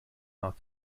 not